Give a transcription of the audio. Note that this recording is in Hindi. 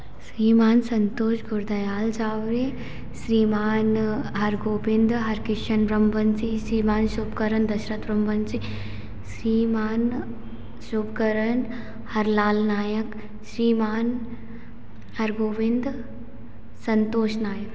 श्रीमान संतोष गुरदयाल सावरी श्रीमान हरगोविंद हरकिशन रमबंशी श्रीमान शुभकरण दशरथ रमबंशी श्रीमान शुभकरण हरलाल नायक श्रीमान हरगोविंद संतोष नायक